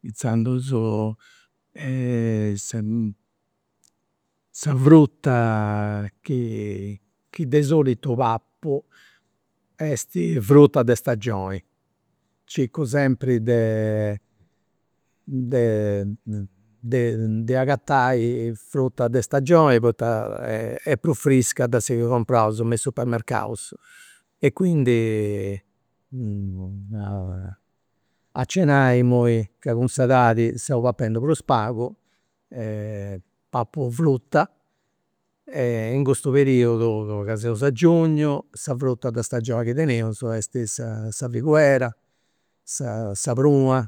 Inzandus sa fruta chi de solitu papu est fruta de stagioni, circu sempri de de agatai fruta de stagioni poita est prus frisca de sa chi compraus me is supermercaus. E quindi a cenai, imui chi cun s'edadi seu papendi prus pagu, papu fruta e in custu periudu chi seus in giugnu, sa fruta de stagioni chi teneus est sa sa figuera, sa sa pruna,